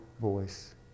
voice